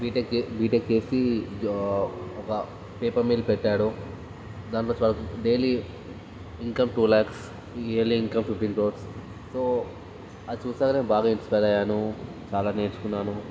BTech జె BTech చేసి జా ఒక పేపర్ మిల్ పెట్టాడు దాంట్లో చా daily income two lakhs yearly income fifteen crores so అది చూసాక నేను బాగా ఇన్స్పైర్ అయ్యాను చాలా నేర్చుకున్నాను